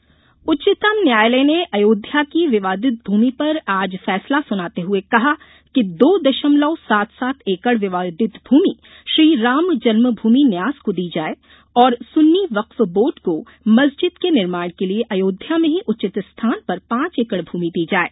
अयोध्या फैसला उच्चतम न्यायालय ने अयोध्या की विवादित भूमि पर आज फैसला सुनाते हुए कहा कि दो दशमलव सात सात एकड़ विवादित भूमि श्री रामजन्म भूमि न्यास को दी जाये और सुन्नी वक्फ बोर्ड को मस्जिद के निर्माण के लिये अयोध्या में ही उचित स्थान पर पांच एकड़ भूमि दी जाये